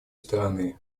стороны